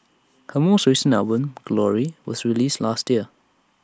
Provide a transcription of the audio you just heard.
her most recent album glory was released last year